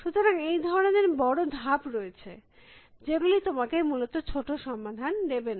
সুতরাং এই ধরনের বড় ধাপ রয়েছে যেগুলি তোমাকে মূলত ছোটো সমাধান দেবে না